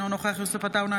אינו נוכח יוסף עטאונה,